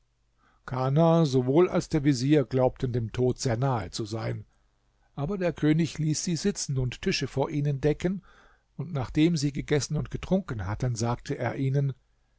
kana sowohl als der vezier glaubten dem tod sehr nahe zu sein aber der könig ließ sie sitzen und tische vor ihnen decken und nachdem sie gegessen und getrunken hatten sagte er ihnen